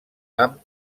amb